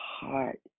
heart